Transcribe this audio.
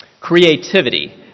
creativity